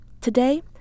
Today